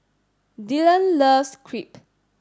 Dillon loves Crepe